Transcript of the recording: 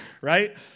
Right